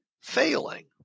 failing